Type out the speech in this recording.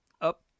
up